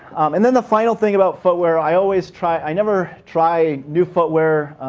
and then the final thing about footwear i always try i never try new footwear